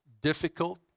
difficult